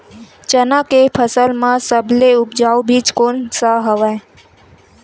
चना के फसल म सबले उपजाऊ बीज कोन स हवय?